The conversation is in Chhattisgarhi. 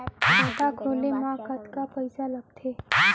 खाता खोले मा कतका पइसा लागथे?